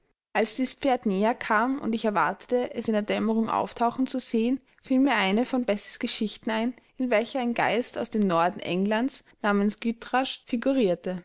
als dies pferd näher kam und ich erwartete es in der dämmerung auftauchen zu sehen fiel mir eine von bessies geschichten ein in welcher ein geist aus dem norden englands namens gytrash